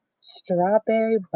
Strawberry